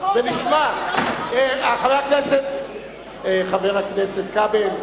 נכון, חבר הכנסת כבל,